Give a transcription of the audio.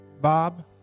Bob